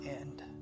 end